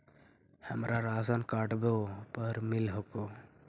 हमरा राशनकार्डवो पर मिल हको?